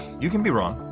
you can be wrong,